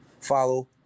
follow